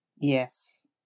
Yes